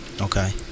Okay